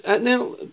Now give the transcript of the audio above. Now